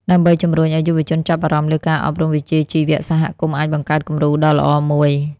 ដើម្បីជំរុញឱ្យយុវជនចាប់អារម្មណ៍លើការអប់រំវិជ្ជាជីវៈ សហគមន៍អាចបង្កើតគំរូដ៏ល្អមួយ។